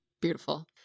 Beautiful